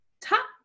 top